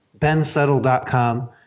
bensettle.com